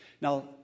Now